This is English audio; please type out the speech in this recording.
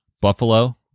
Buffalo